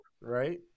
Right